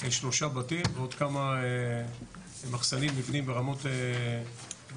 שלושה בתים ועוד כמה מחסנים /מבנים ברמות אחרות,